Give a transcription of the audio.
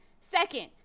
Second